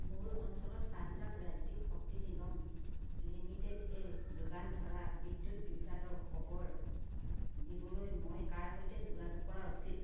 মোৰ অঞ্চলত পঞ্জাৱ ৰাজ্যিক শক্তি নিগম লিমিটেডে যোগান ধৰা বিদ্যুৎ বিভ্ৰাটৰ খবৰ দিবলৈ মই কাৰ সৈতে যোগাযোগ কৰা উচিত